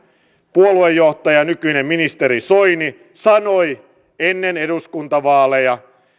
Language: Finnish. puoluejohtaja nykyinen ministeri soini sanoi ennen eduskuntavaaleja